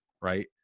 Right